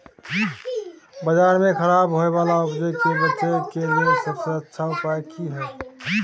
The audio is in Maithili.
बाजार में खराब होय वाला उपज के बेचय के लेल सबसे अच्छा उपाय की हय?